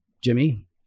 Jimmy